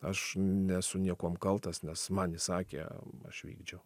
aš nesu niekuom kaltas nes man įsakė aš vykdžiau